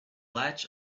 latch